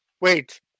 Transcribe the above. Wait